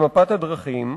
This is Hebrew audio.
במפת הדרכים,